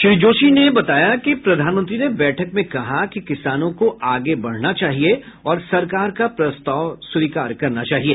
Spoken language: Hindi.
श्री जोशी ने बताया कि प्रधानमंत्री ने बैठक में कहा कि किसानों को आगे बढना चाहिए और सरकार का प्रस्ताव स्वीकार करना चाहिए